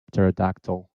pterodactyl